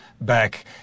back